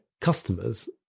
customers